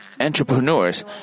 entrepreneurs